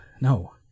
No